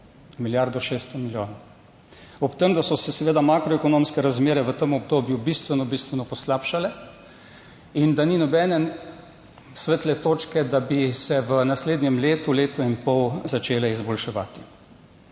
Milijardo 600 milijonov. Ob tem, da so se seveda makroekonomske razmere v tem obdobju bistveno, bistveno poslabšale in da ni nobene svetle točke, da bi se v naslednjem letu, letu in pol začele izboljševati.